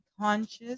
conscious